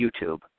YouTube